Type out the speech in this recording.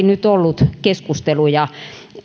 nyt ollut maailmallakin keskusteluja